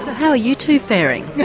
how are you two faring?